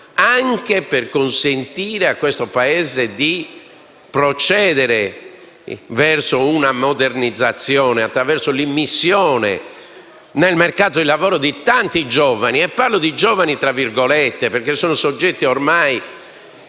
anche per consentire a questo Paese di procedere verso una modernizzazione attraverso l'immissione nel mercato del lavoro di tanti "giovani". Parlo di giovani tra virgolette, perché sono soggetti ormai